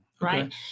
right